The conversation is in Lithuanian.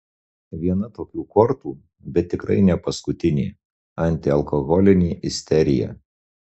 viena tokių kortų bet tikrai ne paskutinė antialkoholinė isterija